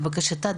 לבקשתה,